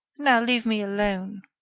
now, leave me alone.